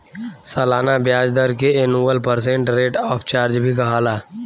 सलाना ब्याज दर के annual percent rate of charge भी कहाला